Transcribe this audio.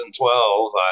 2012